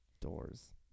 doors